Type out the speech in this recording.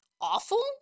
awful